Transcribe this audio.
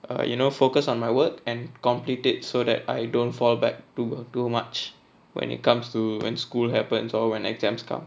uh you know focused on my work and complete it so that I don't fall back to uh too much when it comes to when school happens or when exams come